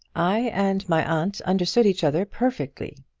i and my aunt understood each other perfectly,